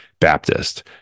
baptist